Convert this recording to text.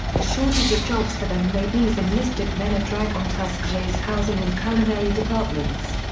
a shortage of jobs for them made these enlisted men a drag on tuskegee's housing and culinary departments.